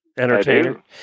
Entertainer